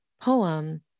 poem